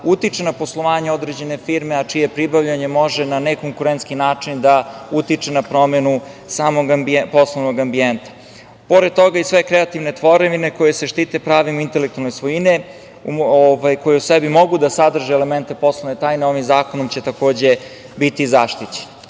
utiče na poslovanje određene firme, a čije pribavljanje može na nekonkurentski način da utiče na promenu samog poslovnog ambijenta. Pored toga i sve kreativne tvorevine koje se štite pravom intelektualne svojine koje u sebi mogu da sadrže elemente poslovne tajne ovim zakonom će takođe biti zaštićene.